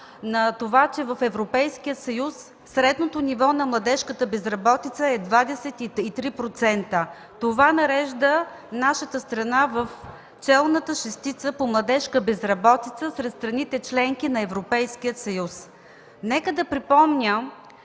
на това, че в Европейския съюз средното ниво на младежката безработица е 23%. Това нарежда нашата страна в челната шестица по младежка безработица сред страните – членки на Европейския съюз. Нека да припомня,